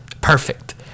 perfect